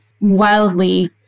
wildly